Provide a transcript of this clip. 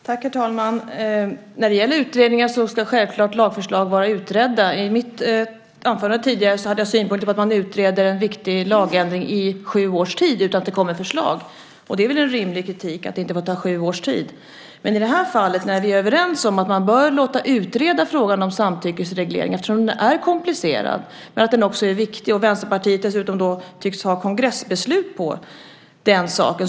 Herr talman! När det gäller utredningar ska självklart lagförslag vara utredda. I mitt anförande tidigare hade jag synpunkter på att man utreder en viktig lagändring i sju års tid utan att det kommer förslag. Det är väl en rimligt kritik att det inte får ta sju år. I det här fallet är vi överens om att man bör låta utreda frågan om samtyckesreglering eftersom den är komplicerad, men den är också viktig. Vänsterpartiet tycks dessutom ha kongressbeslut på den saken.